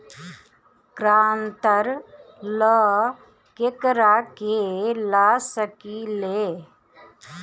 ग्रांतर ला केकरा के ला सकी ले?